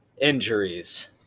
injuries